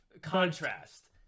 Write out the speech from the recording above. contrast